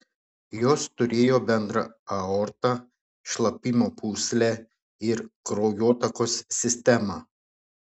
jos turėjo bendrą aortą šlapimo pūslę ir kraujotakos sistemą